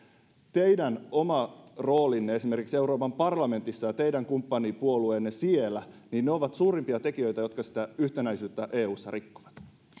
teidän oma roolinne esimerkiksi euroopan parlamentissa ja teidän kumppanipuolueenne siellä ovat suurimpia tekijöitä jotka sitä yhtenäisyyttä eussa rikkovat